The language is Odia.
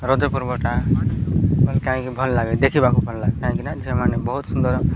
ରଜ ପର୍ବଟା କାହିଁକି ଭଲ ଲାଗେ ଦେଖିବାକୁ ଭଲ ଲାଗେ କାହିଁକିନା ଝିଅମାନେ ବହୁତ ସୁନ୍ଦର